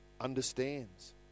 understands